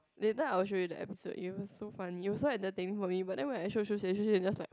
later I'll show you the episode it was so funny it was so entertaining for me but then I show Shu-Xian Shu-Xian is just like